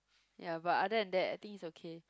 ya but other than that I think it's okay